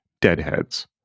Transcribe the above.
deadheads